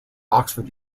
oxford